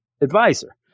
advisor